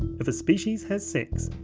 if a species has sex,